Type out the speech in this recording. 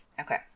Okay